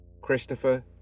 Christopher